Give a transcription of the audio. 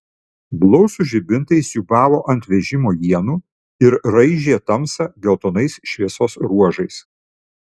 blausūs žibintai siūbavo ant vežimo ienų ir raižė tamsą geltonais šviesos ruožais